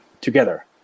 together